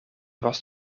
was